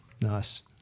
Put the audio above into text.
Nice